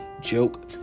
joke